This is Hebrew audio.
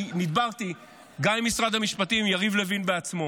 כי נדברתי גם עם משרד המשפטים ויריב לוין בעצמו.